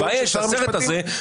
הבעיה היא שהסרט הזה,